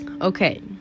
Okay